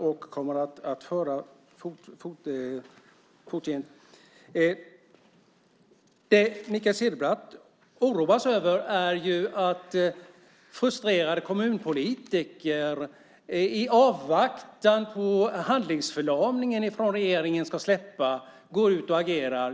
Mikael Cederbratt oroas över att frustrerade kommunpolitiker, i avvaktan på att handlingsförlamningen hos regeringen ska släppa, går ut och agerar.